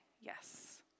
Yes